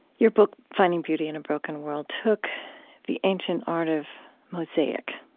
your book finding beauty in a broken world took the ancient art of mosaic.